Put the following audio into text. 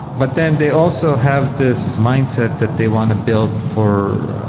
but then they also have this mindset that they want to build for